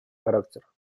характер